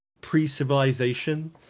pre-civilization